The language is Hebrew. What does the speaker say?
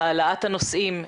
על העלאת הנושאים,